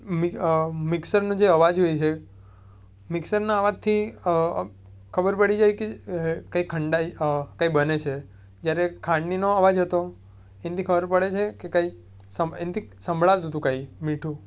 મિક્સરનો જે અવાજ હોય છે મિક્સરના અવાજથી ખબર પડી જાય કે કંઈક ખંડાય કંઈ બને છે જ્યારે ખાંડણીનો અવાજ હતો એનાથી ખબર પડે છે કે કંઈક સમે એનાથી સંભળાતું હતું કંઈ મીઠું